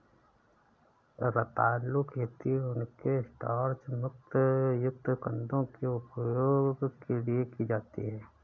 रतालू खेती उनके स्टार्च युक्त कंदों के उपभोग के लिए की जाती है